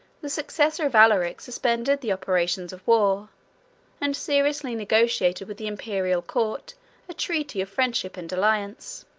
the successor of alaric suspended the operations of war and seriously negotiated with the imperial court a treaty of friendship and alliance.